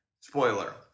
Spoiler